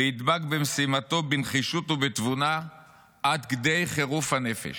וידבק במשימתו בנחישות ובתבונה עד כדי חירוף הנפש".